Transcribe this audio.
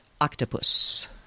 octopus